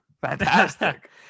fantastic